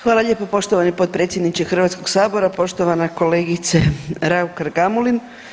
Hvala lijepa poštovani potpredsjedniče Hrvatskog sabora, poštovana kolegice Raukar-Gamulin.